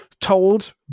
told